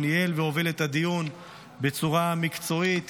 שניהל והוביל את הדיון בצורה מקצועית,